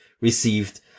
received